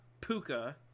Puka